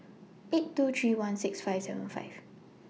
eight two three one six five seven five